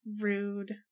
rude